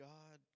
God